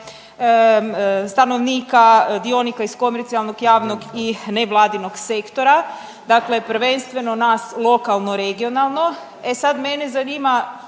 stanovnika, dionika iz komercijalnog, javnog i nevladinog sektora, dakle prvenstveno nas lokalno regionalno. E sad mene zanima